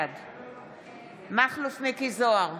בעד מכלוף מיקי זוהר,